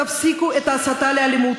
תפסיקו את ההסתה לאלימות.